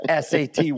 sat